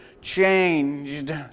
changed